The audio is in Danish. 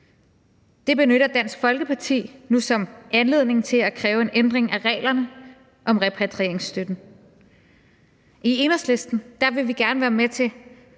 Det benytter Dansk Folkeparti nu som anledning til at kræve en ændring af reglerne om repatrieringsstøtten. I Enhedslisten vil vi gerne være med til